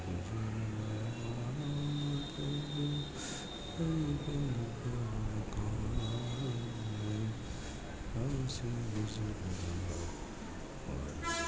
ગુરુજીને મારા